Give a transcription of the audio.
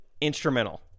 instrumental